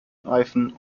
reifen